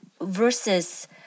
Versus